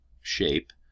shape